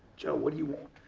joe, what do you want?